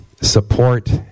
support